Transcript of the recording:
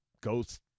ghost